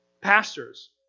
Pastors